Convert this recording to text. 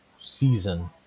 season